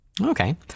Okay